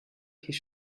his